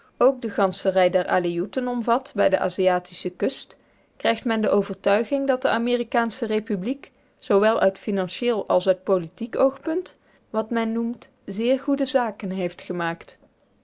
bontwerk ook de gansche rij der aleoeten omvat bij de aziatische kust krijgt men de overtuiging dat de amerikaansche republiek zoowel uit financieël als uit politiek oogpunt wat men noemt zeer goede zaken heeft gemaakt